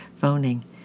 phoning